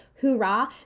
hoorah